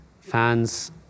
fans